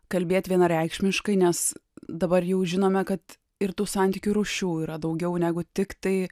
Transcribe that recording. kalbėt vienareikšmiškai nes dabar jau žinome kad ir tų santykių rūšių yra daugiau negu tiktai